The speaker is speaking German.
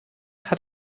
hat